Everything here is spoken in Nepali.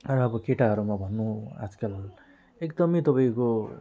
र अब केटाहरूमा भनूँ अजकल एकदमै तपाईँको